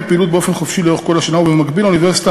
פעילות באופן חופשי לאורך כל השנה ובמקביל האוניברסיטה